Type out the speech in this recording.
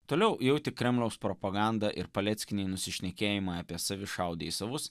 toliau jau tik kremliaus propaganda ir paleckiniai nusišnekėjimai apie savi šaudė į savus